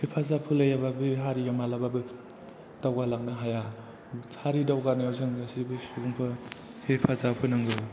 हेफाजाब होलायाबा बे हारिया मालाबाबो दावगालांनो हाया हारि दावगानायाव जों गासैबो सुबुंफोरा हेफाजाब होनांगौ